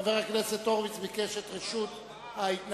חבר הכנסת הורוביץ ביקש את רשות ההתנגדות.